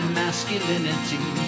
masculinity